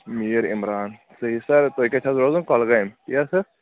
میٖر عمران صحیح سَر تُہۍ کَتہِ حظ روزُن کۄلگامۍ تہِ حظ سَر